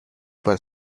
were